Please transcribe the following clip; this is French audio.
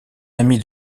ami